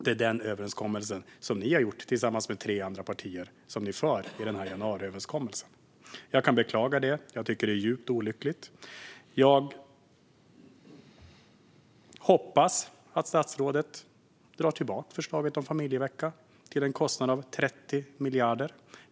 Det är den överenskommelse som ni har gjort tillsammans med tre andra partier i januariöverenskommelsen. Jag kan beklaga det, och jag tycker att det är djupt olyckligt. Jag hoppas att statsrådet drar tillbaka förslaget om familjevecka till en kostnad av 30 miljarder.